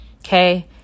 okay